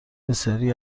بسیاری